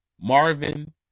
Marvin